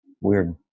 Weird